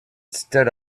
stood